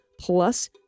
plus